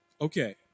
Okay